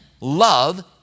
love